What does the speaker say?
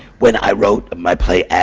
when i wrote my play,